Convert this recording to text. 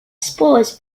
spores